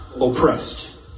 oppressed